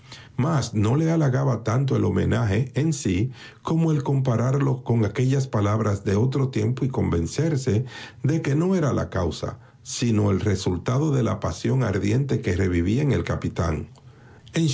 mas no le halagaba tanto el homenaje en sí como el compararlo con aquellas palabras de otro tiempo y convencerse de que no era la causa sino el resultado de la pasión ardiente que revivía en el capitán